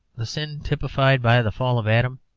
the sin typified by the fall of adam,